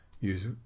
use